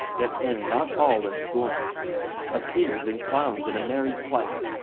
yet end not all in scorning of kings and clowns in a merry plight,